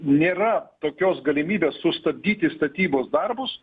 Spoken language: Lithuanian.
nėra tokios galimybės sustabdyti statybos darbus